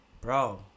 Bro